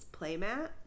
playmat